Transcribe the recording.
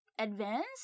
advanced